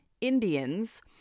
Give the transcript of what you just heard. Indians